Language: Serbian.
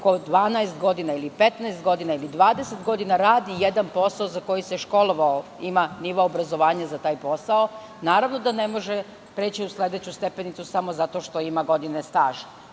ko 12, 15 ili 20 godina radi jedan posao za koji se školovao, ima nivo obrazovanja za taj posao, naravno da ne može preći u sledeću stepenicu samo zato što ima godine staža.